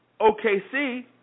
OKC